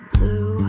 Blue